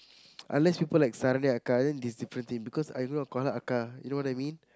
unless people like it's different thing because I do not call her you know what I mean